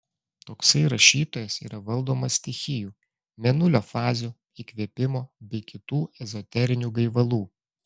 toksai rašytojas yra valdomas stichijų mėnulio fazių įkvėpimo bei kitų ezoterinių gaivalų